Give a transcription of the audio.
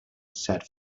said